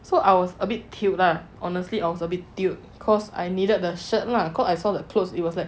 so I was a bit cute lah honestly I was abit tilt cause I needed the shirt lah cause I saw the clothes it was like